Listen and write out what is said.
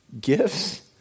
gifts